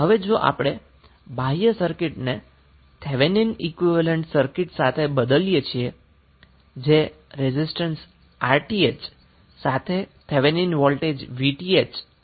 હવે જો આપણે બાહ્ય સર્કિટને થેવેનિન ઈક્વીવેલેન્ટ સર્કિટ સાથે બદલીએ છીએ જે રેઝિસ્ટન્સ Rth સાથે થેવેનિન વોલ્ટેજ Vth સીરીઝમાં છે